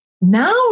now